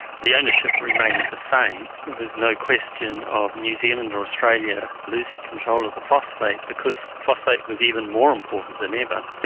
the ownership remained the same. there was no question of new zealand or australia losing control of the phosphate because phosphate was even more important than ever.